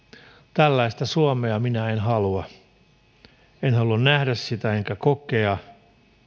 tällaista suomea minä en halua en halua nähdä sitä enkä kokea